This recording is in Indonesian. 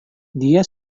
dia